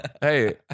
hey